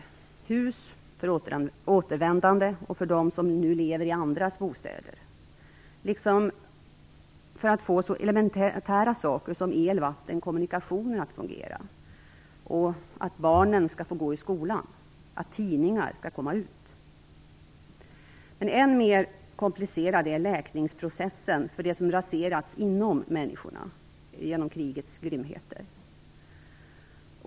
Det handlar om hus för de återvändande och för dem som nu lever i andras bostäder, om att få så elementära saker som el, vatten och kommunikationer att fungera, om att barnen skall få gå i skolan och om att tidningar skall få komma ut. Än mer komplicerad är läkningsprocessen för det som har raserats inom människorna genom krigets grymheter.